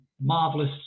marvelous